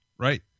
Right